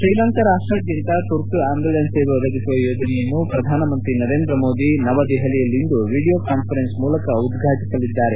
ಶ್ರೀಲಂಕಾ ರಾಷ್ಷದಾದ್ಲಂತ ತುರ್ತು ಆ್ಲಂಬುಲೆನ್ಸ್ ಸೇವೆ ಒದಗಿಸುವ ಯೋಜನೆಯನ್ನು ಪ್ರಧಾನಮಂತ್ರಿ ನರೇಂದ್ರ ಮೋದಿ ನವದೆಹಲಿಯಲ್ಲಿಂದು ವಿಡಿಯೋ ಕಾನ್ವರೆನ್ಸ್ ಮೂಲಕ ಉದ್ವಾಟಿಸಲಿದ್ದಾರೆ